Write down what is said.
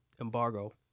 Embargo